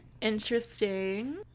Interesting